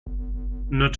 not